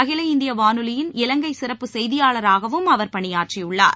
அகில இந்திய வானொலியின் இலங்கை சிறப்பு செய்தியாளராகவும் அவர் பணியாற்றியுள்ளார்